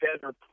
better